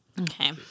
Okay